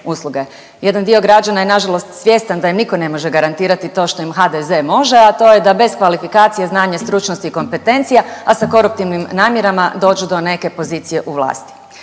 usluge. Jedan dio građana je nažalost svjestan da im nitko ne može garantirati to što im HDZ može, a to je da bez kvalifikacije, znanja, stručnosti i kompetencija, a sa koruptivnim namjerama dođu do neke pozicije u vlasti.